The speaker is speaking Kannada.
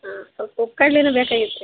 ಹಾಂ ಸ್ವಲ್ಪ ಉಪ್ಪು ಕಡ್ಲೆಯೂ ಬೇಕಾಗಿತ್ತು ರೀ